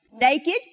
Naked